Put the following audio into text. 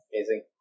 Amazing